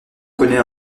connaît